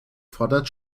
fordert